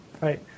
Right